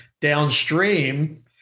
downstream